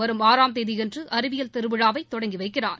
வரும் ஆறாம் தேதியன்று அறிவியல் திருவிழாவை தொடங்கி வைக்கிறார்